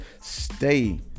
stay